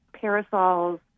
parasols